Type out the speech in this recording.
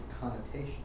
connotation